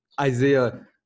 Isaiah